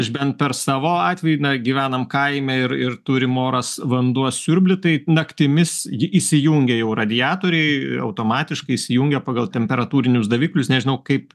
aš bent per savo atveju na gyvenam kaime ir ir turim oras vanduo siurblį tai naktimis ji įsijungia jau radiatoriai automatiškai įsijungia pagal temperatūrinius daviklius nežinau kaip